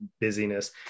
busyness